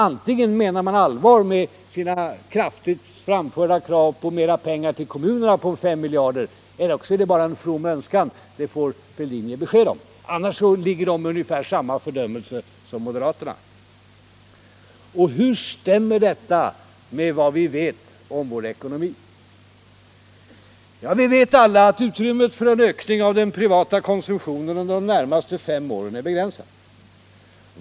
Antingen menar man allvar med sina kraftigt framförda krav på mera pengar till kommunerna, ca 5 miljarder kronor eller också är det bara en from önskan. Det får herr Fälldin ge besked om. Annars ligger centern på ungefär samma nivå som moderaterna. Hur stämmer detta med vad vi vet om vår ekonomi? Vi vet alla att utrymmet för en ökning av den privata konsumtionen under de närmaste fem åren är begränsat.